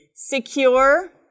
Secure